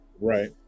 Right